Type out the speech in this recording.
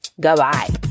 Goodbye